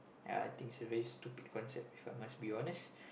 ya I think it's a very stupid concept If I must be honest